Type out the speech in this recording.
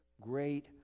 great